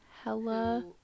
hella